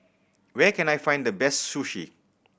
where can I find the best Sushi